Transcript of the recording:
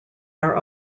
are